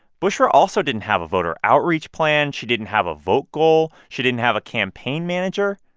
bushra also didn't have a voter outreach plan. she didn't have a vote goal. she didn't have a campaign manager.